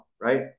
Right